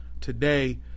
today